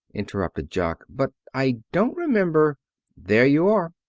interrupted jock, but i don't remember there you are.